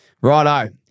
Righto